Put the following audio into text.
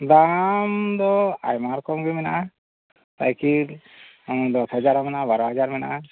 ᱫᱟᱢ ᱫᱚ ᱟᱭᱢᱟ ᱨᱚᱠᱚᱢ ᱜᱮ ᱢᱮᱱᱟᱜᱼᱟ ᱥᱟᱭᱠᱮᱞ ᱫᱚᱥ ᱦᱟᱡᱟᱨ ᱦᱚᱸ ᱢᱮᱱᱟᱜᱼᱟ ᱵᱟᱨᱳ ᱦᱟᱡᱟᱨ ᱦᱚᱸ ᱢᱮᱱᱟᱜᱼᱟ